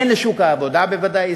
הן של שוק העבודה הישראלי,